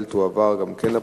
ב"הארץ"